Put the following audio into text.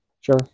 Sure